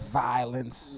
violence